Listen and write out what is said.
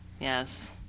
Yes